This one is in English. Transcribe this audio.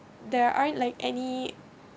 there aren't like any